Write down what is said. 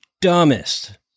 dumbest